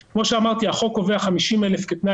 אבל אנחנו מודעים לכך שהמצב חמור בהרבה ויש עשרות אלפים,